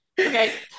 Okay